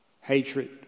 hatred